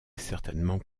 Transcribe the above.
certainement